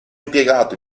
impiegato